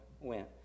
went